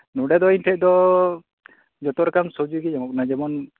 ᱱᱚᱰᱮ ᱫᱚ ᱤᱧ ᱴᱷᱮᱡ ᱫᱚ ᱡᱚᱛᱚ ᱨᱚᱠᱚᱢ ᱥᱚᱵᱡᱤ ᱜᱮ ᱧᱟᱢᱚᱜ ᱠᱟᱱᱟ ᱡᱮᱢᱚᱱ